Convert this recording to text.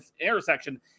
intersection